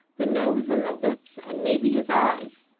the nose, and the lips, and maybe his eyes,